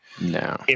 No